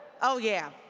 oh, yeah.